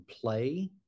play